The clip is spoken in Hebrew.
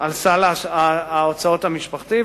על סל ההוצאות המשפחתי,